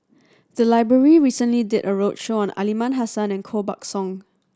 the library recently did a roadshow on Aliman Hassan and Koh Buck Song